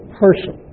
person